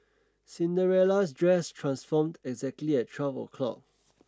Cinderella's dress transformed exactly at twelve o'clock